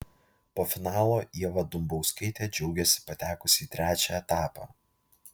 po finalo ieva dumbauskaitė džiaugėsi patekusi į trečią etapą